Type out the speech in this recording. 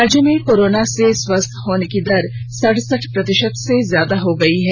राज्य में कोरोना से स्वस्थ होने की दर सडसठ प्रतिशत से ज्यादा हो गई है